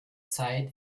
zeit